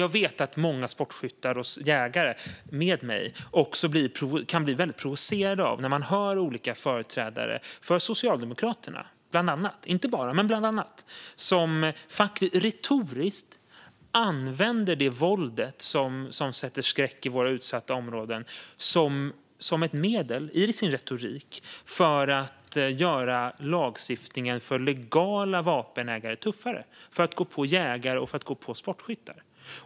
Jag kan nämligen bli väldigt provocerad, och många sportskyttar och jägare med mig, av att höra olika företrädare för bland annat Socialdemokraterna - inte bara, men bland annat - använda det våld som sätter skräck i våra utsatta områden i sin retorik för att göra lagstiftningen tuffare för legala vapenägare. Man använder våldet som skäl att gå på jägare och sportskyttar.